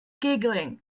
giggling